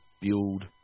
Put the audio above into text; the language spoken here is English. build